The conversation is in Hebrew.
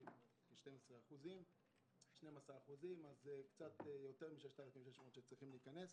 12% - קצת יותר מ-,6,600 שצריכים להיכנס.